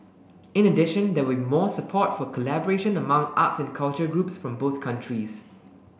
in addition there will be more support for collaboration among arts and culture groups from both countries